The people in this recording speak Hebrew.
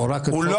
לא.